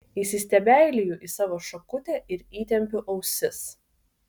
įsistebeiliju į savo šakutę ir įtempiu ausis